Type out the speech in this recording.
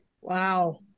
Wow